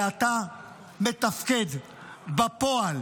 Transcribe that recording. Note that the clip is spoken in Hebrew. ואתה מתפקד בפועל